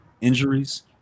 injuries